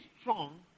strong